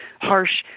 harsh